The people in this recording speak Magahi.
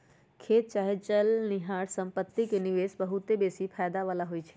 खेत चाहे न चलनिहार संपत्ति में निवेश बहुते बेशी फयदा बला होइ छइ